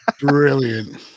brilliant